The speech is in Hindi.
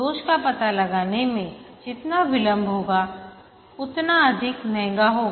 दोष का पता लगाने में जितना विलंब होगा उतना अधिक महंगा होगा